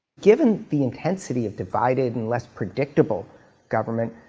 given the intensity of divided and less predictable government,